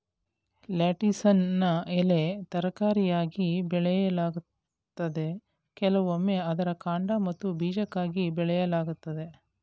ಲೆಟಿಸನ್ನು ಎಲೆ ತರಕಾರಿಯಾಗಿ ಬೆಳೆಯಲಾಗ್ತದೆ ಕೆಲವೊಮ್ಮೆ ಅದರ ಕಾಂಡ ಮತ್ತು ಬೀಜಕ್ಕಾಗಿ ಬೆಳೆಯಲಾಗ್ತದೆ